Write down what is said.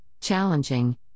challenging